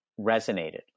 resonated